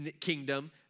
kingdom